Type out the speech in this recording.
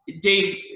Dave